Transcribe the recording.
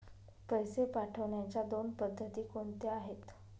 पैसे पाठवण्याच्या दोन पद्धती कोणत्या आहेत?